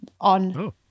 on